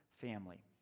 family